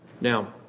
Now